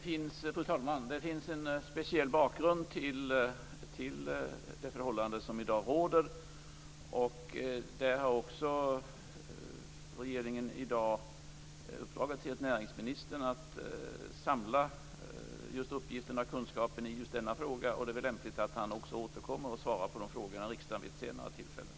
Fru talman! Det finns en speciell bakgrund till det förhållande som i dag råder. Regeringen har i dag uppdragit till näringsministern att samla in kunskap och uppgifter i denna fråga. Det är väl lämpligt att han vid ett senare tillfälle i riksdagen får ge svar på de här frågorna.